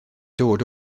dod